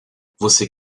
você